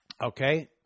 Okay